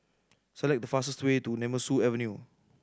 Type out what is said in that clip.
select the fastest way to Nemesu Avenue